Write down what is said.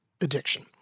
addiction